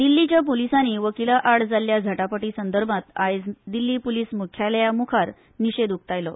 दिल्ली पूलिसांनी वकिला आड जाल्ल्या झटापटी संदर्भांत आयज दिल्ली प्रलीस मुख्यालया मुखार निशेध उकतायलो